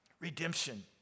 Redemption